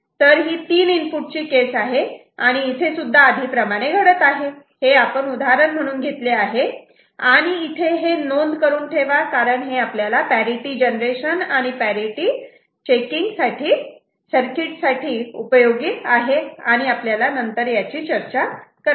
तर ही तीन इनपुट ची केस आहे इथे सुद्धा आधी प्रमाणे घडत आहे आपण उदाहरण म्हणून घेतले आहे आणि इथे हे नोंद करून ठेवा कारण हे आपल्या पॅरिटि जनरेशन आणि पॅरिटि सर्किट साठी उपयोगी आहे आणि आपल्याला नंतर याची चर्चा करायची आहे